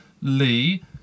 Lee